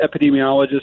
epidemiologist